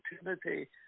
opportunity